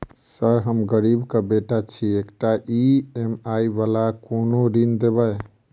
Sir हम गरीबक बेटा छी एकटा ई.एम.आई वला कोनो ऋण देबै?